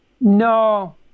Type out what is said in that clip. no